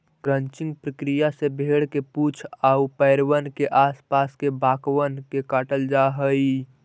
crutching प्रक्रिया से भेंड़ के पूछ आउ पैरबन के आस पास के बाकबन के काटल जा हई